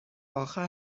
آخر